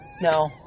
No